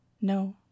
no